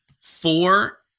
Four